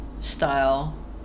style